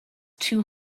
two